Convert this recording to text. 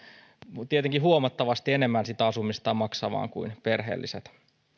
tietenkin huomattavasti enemmän siitä asumisestaan maksamaan kuin perheelliset